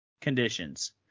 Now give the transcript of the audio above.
conditions